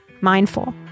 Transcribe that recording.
Mindful